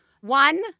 One